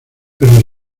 pero